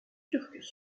turcs